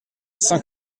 saint